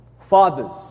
Fathers